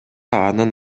анын